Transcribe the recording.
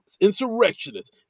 insurrectionists